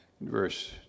verse